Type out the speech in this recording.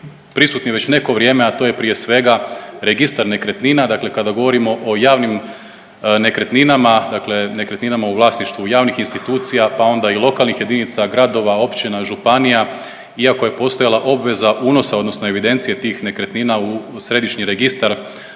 prisutni već neko vrijeme, a to je prije svega Registar nekretnina, dakle kada govorimo o javnim nekretninama, dakle nekretninama u vlasništvu javnih institucija pa onda i lokalnih jedinica, gradova, općina, županija iako je postojala obveza unosa odnosno evidencije tih nekretnina u središnji registar